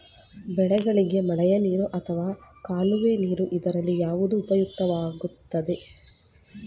ಬೆಳೆಗಳಿಗೆ ಮಳೆನೀರು ಅಥವಾ ಕಾಲುವೆ ನೀರು ಇದರಲ್ಲಿ ಯಾವುದು ಉಪಯುಕ್ತವಾಗುತ್ತದೆ?